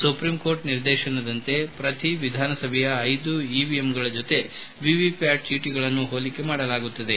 supreme court ನಿರ್ದೇಶನದಂತೆ ಪ್ರತಿ ವಿಧಾಸಭೆಯ ಐದು ಇವಿಎಂಗಳ ಜತೆ ವಿವಿಪ್ನಾಟ್ ಚೀಟಗಳನ್ನು ಹೋಲಿಕೆ ಮಾಡಲಾಗುತ್ತದೆ